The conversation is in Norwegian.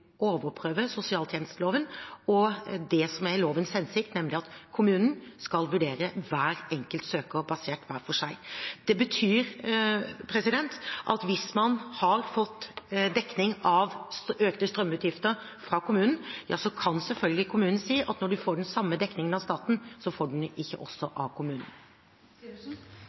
overprøve sosialtjenesteloven og det som er lovens hensikt, nemlig at kommunen skal vurdere hver enkelt søker hver for seg. Det betyr at hvis man har fått dekning av økte strømutgifter fra kommunen, kan selvfølgelig kommunen si at når man får den samme dekningen av staten, får man den ikke også av kommunen.